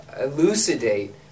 elucidate